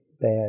bad